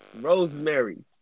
Rosemary